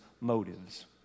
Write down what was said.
motives